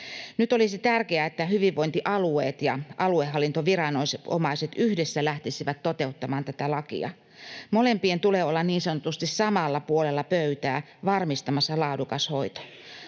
Nyt olisi tärkeää, että hyvinvointialueet ja aluehallintoviranomaiset yhdessä lähtisivät toteuttamaan tätä lakia. Molempien tulee olla niin sanotusti samalla puolella pöytää varmistamassa laadukas hoito.